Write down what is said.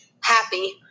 happy